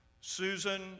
Susan